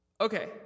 Okay